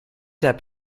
heb